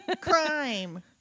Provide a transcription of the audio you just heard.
crime